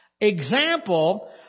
Example